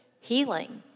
Healing